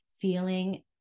feeling